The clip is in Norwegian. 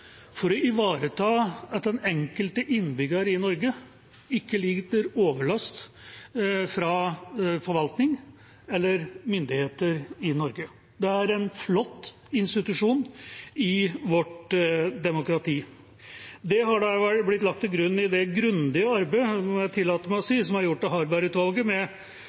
for å ivareta at den enkelte innbygger i Norge ikke lider overlast fra forvaltning eller myndigheter i Norge. Det er en flott institusjon i vårt demokrati. Det har ligget til grunn i det grundige arbeidet, må jeg tillate meg å si, som er gjort av